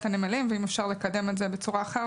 הנמלים ואם אפשר לקדם את זה בצורה אחרת,